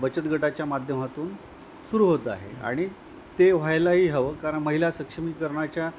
बचत गटाच्या माध्यमातून सुरू होत आहे आणि ते व्हायलाही हवं कारण महिला सक्षमीकरणाच्या